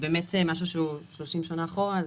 זה באמת משהו שהוא 30 שנה אחורה.